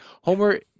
Homer